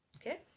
Okay